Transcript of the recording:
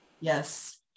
Yes